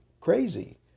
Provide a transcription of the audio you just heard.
crazy